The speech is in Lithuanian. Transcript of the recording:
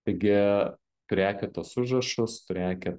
taigi turėkit tuos užrašus turėkit